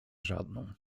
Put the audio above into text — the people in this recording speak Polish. żadną